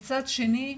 אבל מצד שני,